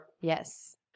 Yes